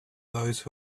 those